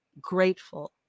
grateful